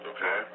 Okay